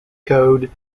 code